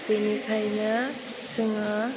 बेनिखायनो जोङो